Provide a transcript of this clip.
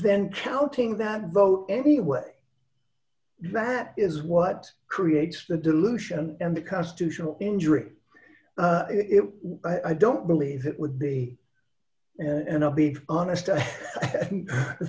then counting that vote anyway that is what creates the dilution and the constitutional injury if i don't believe it would be and i'll be honest i